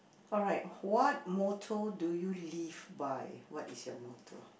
alright what motto do you live by what is your motto